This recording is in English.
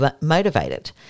motivated